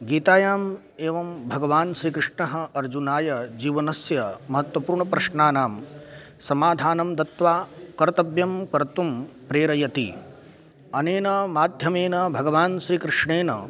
गीतायाम् एवं भगवान् श्रीकृष्णः अर्जुनाय जीवनस्य महत्त्वपूर्णप्रश्नानां समाधानं दत्वा कर्तव्यं कर्तुं प्रेरयति अनेन माध्यमेन भगवान् श्रीकृष्णेन